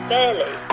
Fairly